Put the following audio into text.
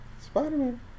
Spider-Man